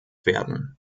werden